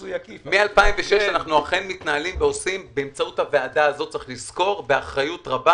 מ-2006 אנחנו מתנהלים ועושים באמצעות הוועדה הזאת באחריות רבה